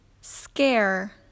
scare